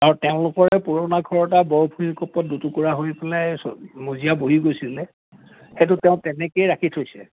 আৰু তেওঁলোকৰে পুৰণা পেলাই মজিয়া বহি গৈছিলে সেইটো তেওঁ তেনেকেই ৰাখি থৈছে